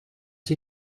sie